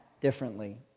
differently